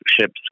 ship's